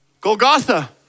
Golgotha